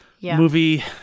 movie